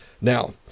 Now –